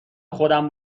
خودم